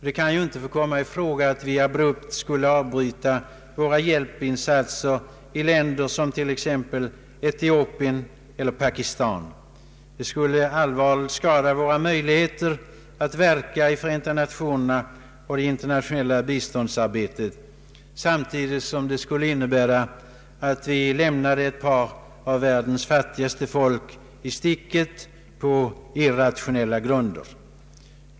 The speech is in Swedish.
Det kan inte få komma i fråga att vi abrupt skulle avbryta våra hjälpinsatser i länder som t.ex. Etiopien eller Pakistan. Det skulle allvarligt skada våra möjligheter att verka i Förenta nationerna och det internationella bi ståndsarbetet, samtidigt som det skulle innebära att vi lämnade ett par av världens fattigaste folk i sticket på irrationella grunder.